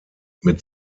mit